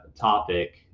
topic